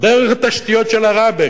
דרך התשתיות של עראבה,